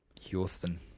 Houston